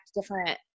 different